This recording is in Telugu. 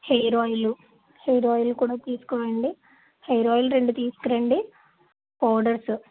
హెయిర్ ఆయిల్ హెయిర్ ఆయిల్ కూడా తీసుకురండి హెయిర్ ఆయిల్ రెండు తీసుకురండి పౌడర్స్